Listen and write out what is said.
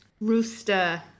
Rooster